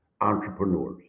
entrepreneurs